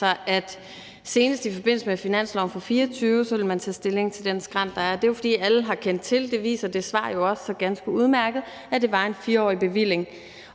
at man senest i forbindelse med finansloven for 2024 ville tage stilling til den skrænt, der er. Det er jo, fordi man har kendt til – og det viser det svar jo også så ganske udmærket – at det var en 4-årig bevilling,